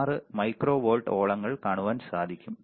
6 microvolt ഓളങ്ങൾ കാണുവാൻ സാധിക്കും